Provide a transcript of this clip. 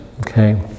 okay